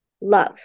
love